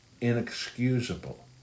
inexcusable